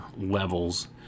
levels